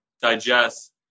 digest